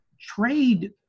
trade